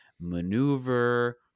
maneuver